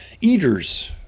eaters